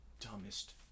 dumbest